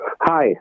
Hi